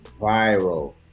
viral